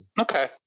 Okay